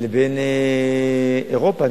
לבין אירופה.